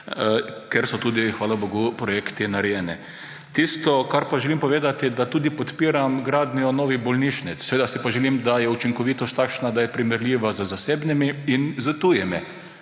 ker so tudi, hvala bogu, projekti narejeni. Tisto, kar pa želim povedati, je, da tudi podpiram gradnjo novih bolnišnic. Seveda si pa želim, da je učinkovitost takšna, da je primerljiva z zasebnimi in s tujimi.